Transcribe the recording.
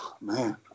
man